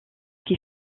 qui